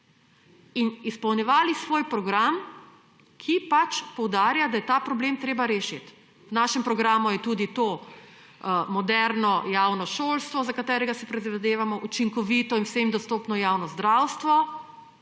In izpolnjevali svoj program, ki pač poudarja, da je ta problem treba rešiti. V našem programu je tudi to moderno javno šolstvo, za katerega si prizadevamo, učinkovito in vsem dostopno javno zdravstvo,